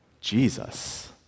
Jesus